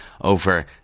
over